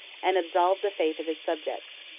and absolved the faith of his subjects.